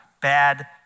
bad